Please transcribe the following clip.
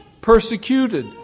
persecuted